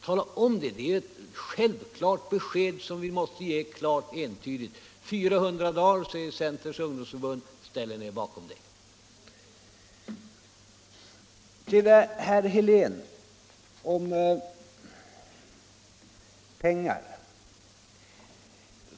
Tala om det — det är ett självklart besked som måste ges klart och entydigt. Det tar 400 dagar, säger Centerns ungdomsförbund. Ställer ni er bakom det? Till herr Helén om pengar!